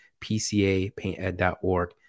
PCAPaintEd.org